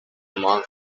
monk